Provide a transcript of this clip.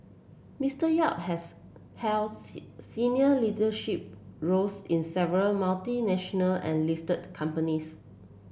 Mister Yap has held senior leadership roles in several multinational and listed companies